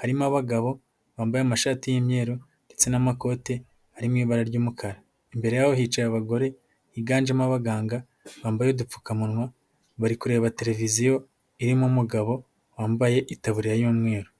harimo abagabo bambaye amashati y'imyeru ndetse n'amakote ari mu ibara ry'umukara, imbere yabo hicaye abagore higanjemo abaganga bambaye udupfukamunwa, bari kureba televiziyo irimo umugabo wambaye itaburiya y'umweru.